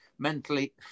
Mentally